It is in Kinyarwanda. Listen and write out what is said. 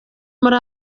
muri